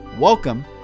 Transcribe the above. Welcome